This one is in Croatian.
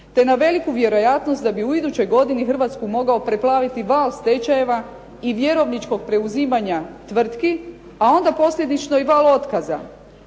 te na veliku vjerojatnost da bi u idućoj godini Hrvatsku mogao preplaviti val stečajeva i vjerovničkog preuzimanja tvrtki, a onda posljedično i val otkaza.